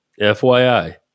FYI